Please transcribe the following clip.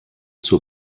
zur